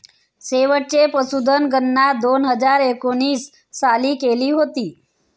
शेवटची पशुधन गणना दोन हजार एकोणीस साली केली होती